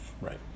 Right